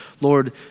Lord